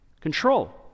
Control